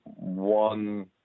One